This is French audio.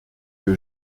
que